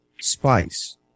Spice